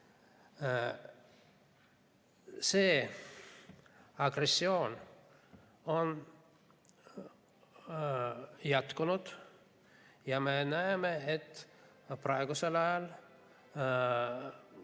See agressioon on jätkunud ja me näeme, et praegusel ajal